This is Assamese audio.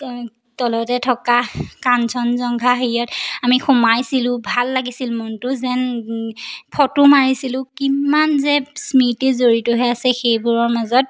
তলতে থকা কাঞ্চন জংঘা হেৰিয়ত আমি সোমাইছিলোঁ ভাল লাগিছিল মনটো যেন ফটো মাৰিছিলোঁ কিম্মান যে স্মৃতি জড়িত হৈ আছে সেইবোৰৰ মাজত